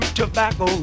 tobacco